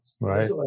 Right